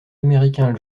américain